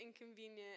inconvenient